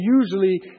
usually